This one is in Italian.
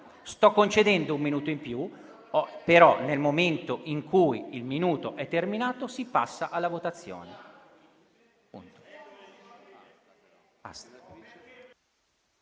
Sto concedendo un minuto in più, ma, nel momento in cui il minuto è terminato, si passa alla votazione.